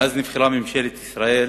מאז נבחרה ממשלת ישראל